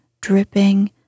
dripping